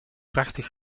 prachtig